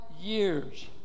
years